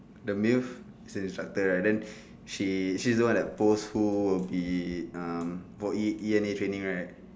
the miss is the instructor right then she's she's the one that post who will be um for E E_N_A training right